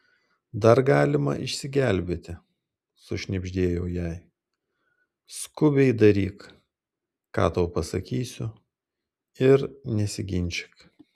dar galima išsigelbėti sušnibždėjau jai skubiai daryk ką tau pasakysiu ir nesiginčyk